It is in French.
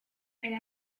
elle